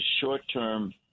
short-term